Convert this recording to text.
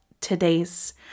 today's